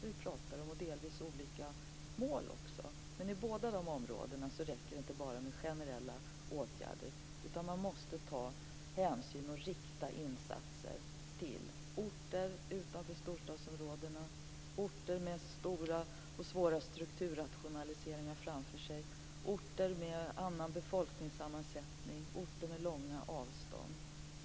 Delvis är det också olika mål. Men på båda dessa områden räcker det inte bara med generella åtgärder, utan man måste ta hänsyn och rikta insatser till orter utanför storstadsområdena. Det gäller orter med stora och svåra strukturrationaliseringar framför sig, orter med annorlunda befolkningssammansättning och orter med långa avstånd.